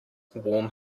warm